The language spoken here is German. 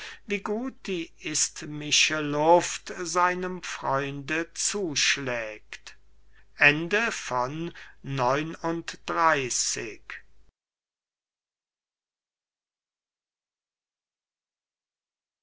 wie gut die isthmische luft seinem freunde zuschlägt